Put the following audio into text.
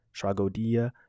Tragodia